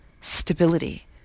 stability